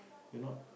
you're not